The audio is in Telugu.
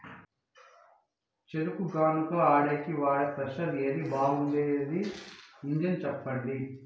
చెరుకు గానుగ ఆడేకి వాడే క్రషర్ ఏది బాగుండేది ఇంజను చెప్పండి?